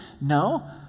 No